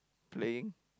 playing